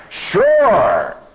Sure